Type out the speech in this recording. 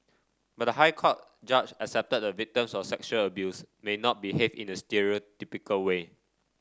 but the High Court judge accepted the victims of sexual abuse may not behave in a stereotypical way